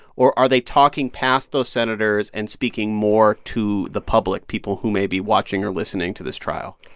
or are they talking past those senators and speaking more to the public people who may be watching or listening to this trial?